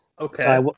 okay